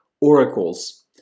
oracles